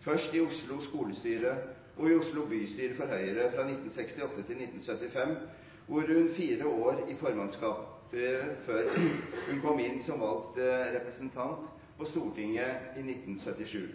først i Oslo skolestyre og i Oslo bystyre for Høyre fra 1968 til 1975, hvorav fire år i formannskapet, før hun kom inn som valgt representant på Stortinget i 1977.